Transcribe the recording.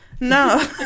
No